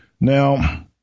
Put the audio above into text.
Now